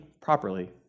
properly